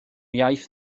iaith